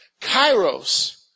Kairos